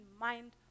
mind